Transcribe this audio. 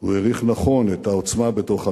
הוא העריך נכון את העוצמה בתוך עמנו,